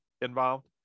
involved